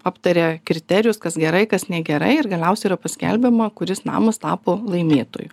aptaria kriterijus kas gerai kas negerai ir galiausiai yra paskelbiama kuris namas tapo laimėtoju